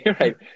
right